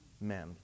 men